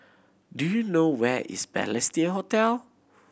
do you know where is Balestier Hotel